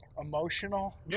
emotional